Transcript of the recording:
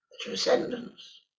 Transcendence